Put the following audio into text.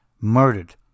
murdered